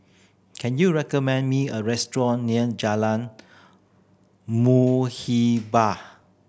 can you recommend me a restaurant near Jalan Muhibbah